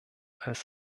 als